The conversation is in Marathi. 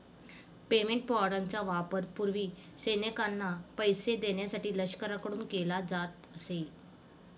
पेमेंट वॉरंटचा वापर पूर्वी सैनिकांना पैसे देण्यासाठी लष्कराकडून केला जात असे